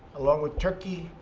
along with turkey.